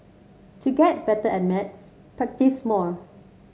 to get better at maths practise more